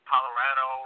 Colorado